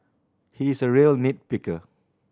he is a real nit picker